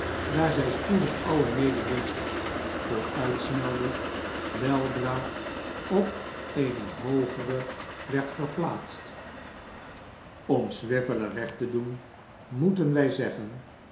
daar zij spoedig alle mededingsters vooruitsnelde weldra op eene hoogere werd verplaatst om swiveller recht te doen moeten wij zeggen